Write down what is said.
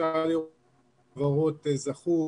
אפשר לראות איזה חברות זכו